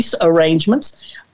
arrangements